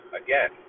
again